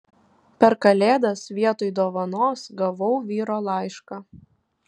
per kalėdas vietoj dovanos gavau vyro laišką